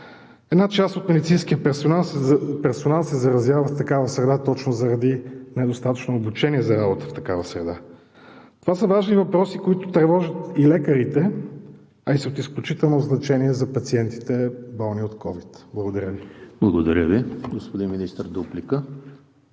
една част от медицинския персонал се заразява в такава среда точно заради недостатъчно обучение за работа в такава среда. Това са важни въпроси, които тревожат и лекарите, а и са от изключително значение за пациентите, болни от COVID. Благодаря. ПРЕДСЕДАТЕЛ ЕМИЛ ХРИСТОВ: Благодаря Ви. Господин Министър – дуплика.